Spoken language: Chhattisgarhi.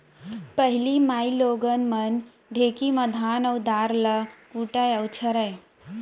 पहिली माइलोगन मन ढेंकी म धान अउ दार ल कूटय अउ छरयँ